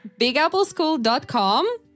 bigappleschool.com